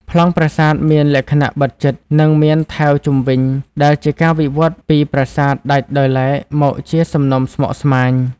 ប្លង់ប្រាសាទមានលក្ខណៈបិទជិត និងមានថែវជុំវិញ ដែលជាការវិវត្តពីប្រាសាទដាច់ដោយឡែកមកជាសំណុំស្មុគស្មាញ។